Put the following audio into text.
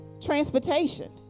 transportation